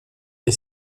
est